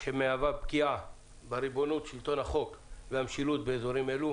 שמהווה פגיעה בריבונות שלטון החוק והמשילות באזורים אלו.